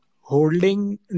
Holding